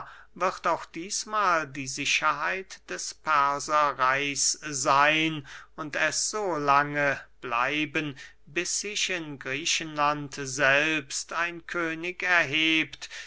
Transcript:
wird auch dießmahl die sicherheit des perserreichs seyn und es so lange bleiben bis sich in griechenland selbst ein könig erhebt